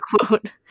quote